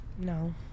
no